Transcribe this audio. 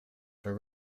for